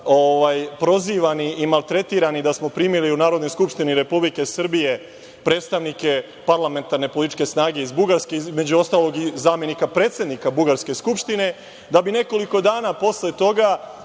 prizivani i maltretirani da smo primili u Narodnoj skupštini Republike Srbije predstavnike parlamentarne Republičke snage iz Bugarske, između ostalog i zameni predsednika Bugarske skupštine, da bi nekoliko dana posle toga